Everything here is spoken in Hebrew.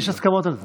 יש הסכמות על זה.